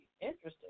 Interesting